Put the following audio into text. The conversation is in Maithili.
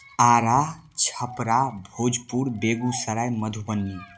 आरा छपरा भोजपुर बेगुसराय मधुबनी